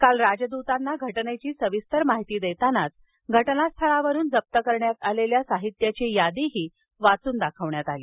काल राजदूतांना घटनेची सविस्तर माहिती देतानाच घटनास्थळावरून जप्त केलेल्या साहित्याची यादीही वाचून दाखवण्यात आली